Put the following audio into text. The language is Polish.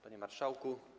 Panie Marszałku!